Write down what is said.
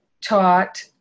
taught